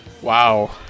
Wow